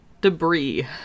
Debris